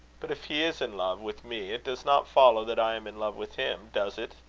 but if he is in love with me, it does not follow that i am in love with him does it?